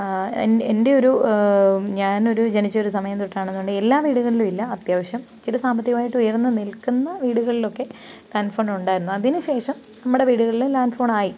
എൻ്റെയൊരു ഞാനൊരു ജനിച്ചൊരു സമയം തൊട്ടാണെന്നുണ്ടേൽ എല്ലാ വീടുകളിലും ഇല്ല അത്യാവശ്യം ചില സാമ്പത്തികമായിട്ട് ഉയർന്ന് നിൽക്കുന്ന വീടുകളിലൊക്കെ ലാൻഡ് ഫോണൊണ്ടായിരുന്നു അതിനു ശേഷം നമ്മുടെ വീടുകളിലും ലാൻഡ് ഫോണായി